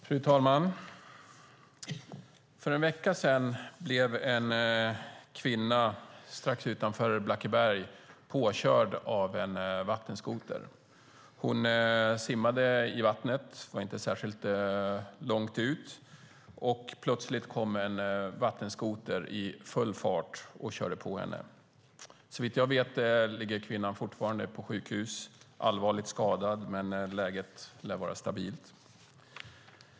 Fru talman! För en vecka sedan blev en kvinna strax utanför Blackeberg påkörd av en vattenskoter. Hon simmade i vattnet, inte särskilt långt ut, och plötsligt kom en vattenskoter i full fart och körde på henne. Såvitt jag vet ligger kvinnan fortfarande på sjukhus. Hon är allvarligt skadad, men läget lär vara stabilt.